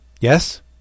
Yes